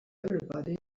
everybody